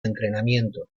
entrenamiento